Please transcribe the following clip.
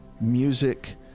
music